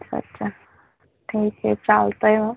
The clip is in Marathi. अच्छा ठीक आहे चालत आहे मग